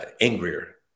angrier